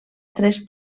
tres